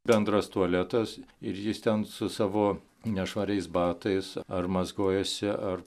bendras tualetas ir jis ten su savo nešvariais batais ar mazgojosi ar